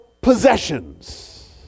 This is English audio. possessions